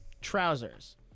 trousers